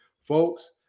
folks